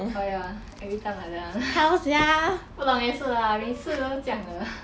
oh ya every time like that [one] 不懂也是 lah 每次都这样的